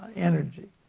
energy.